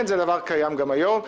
זה דבר שקיים גם היום.